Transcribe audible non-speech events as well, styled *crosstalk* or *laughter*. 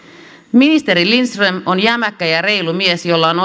ministeri lindström on jämäkkä ja reilu mies jolla on *unintelligible*